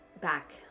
back